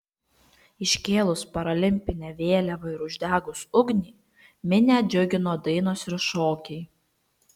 iškėlus paralimpinę vėliavą ir uždegus ugnį minią džiugino dainos ir šokiai